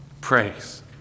Praise